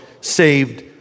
saved